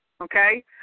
Okay